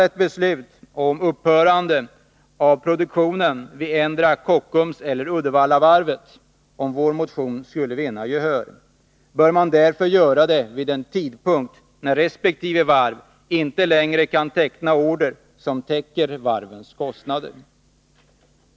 Ett beslut om upphörande av produktionen vid endera Kockums eller Uddevallavarvet — om vår motion skulle vinna gehör — bör därför fattas vid den tidpunkt då resp. varv inte längre kan teckna order som täcker varvens kostnader.